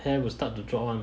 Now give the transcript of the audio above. then will start to drop [one]